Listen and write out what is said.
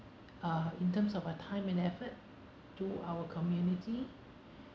uh in terms of her time and effort to our community